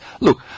Look